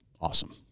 awesome